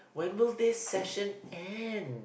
when will this session end